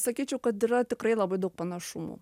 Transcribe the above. sakyčiau kad yra tikrai labai daug panašumų